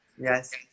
yes